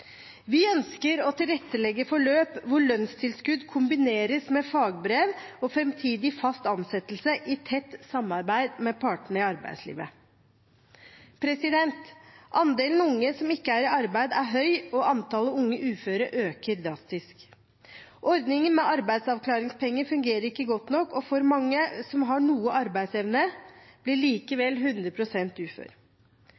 Vi ønsker å tilrettelegge for løp hvor lønnstilskudd kombineres med fagbrev og framtidig fast ansettelse, i tett samarbeid med partene i arbeidslivet. Andelen unge som ikke er i arbeid, er høy, og antall unge uføre øker drastisk. Ordningen med arbeidsavklaringspenger fungerer ikke godt nok, og for mange som har noe arbeidsevne, blir